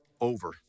over